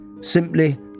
Simply